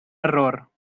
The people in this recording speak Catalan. error